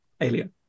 alien